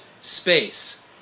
space